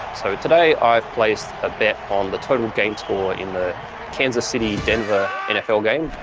so today i've placed a bet on the total game score in the kansas city denver nfl game.